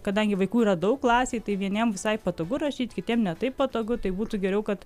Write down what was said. kadangi vaikų yra daug klasėj tai vieniems visai patogu rašyti kitiem ne taip patogu tai būtų geriau kad